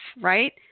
right